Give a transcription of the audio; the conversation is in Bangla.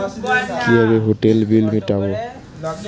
কিভাবে হোটেলের বিল মিটাব?